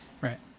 Right